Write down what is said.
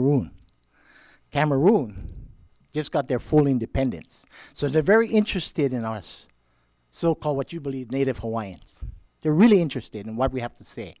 cameroon cameroon just got their full independence so they're very interested in us so call what you believe native hawaiians they're really interested in what we have to see